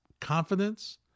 confidence